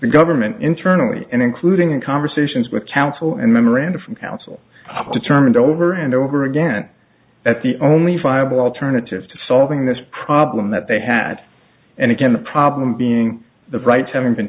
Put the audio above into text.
government internally and including in conversations with counsel and memoranda from counsel determined over and over again that the only five alternatives to solving this problem that they had and again the problem being the right having been